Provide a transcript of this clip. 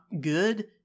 good